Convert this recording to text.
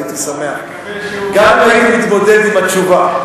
הייתי שמח, אני מקווה שהוא, להתמודד עם התשובה.